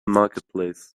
marketplace